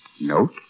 Note